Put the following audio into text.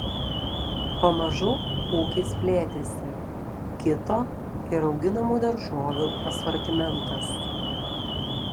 pamažu ūkis plėtėsi kito ir auginamų daržovių asortimentas